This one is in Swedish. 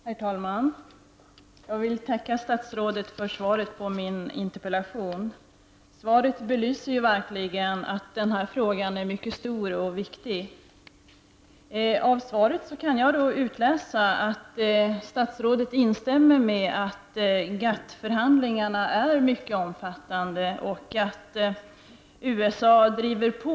Herr talman! Jag vill tacka statsrådet för svaret på min interpellation. Svaret belyser verkligen att frågan är mycket stor och viktig. Av svaret kan jag utläsa att statsrådet instämmer med mig om att GATT-förhandlingarna är mycket omfattande och att USA driver på.